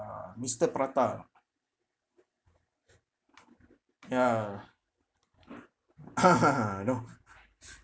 uh mister prata or not ya you know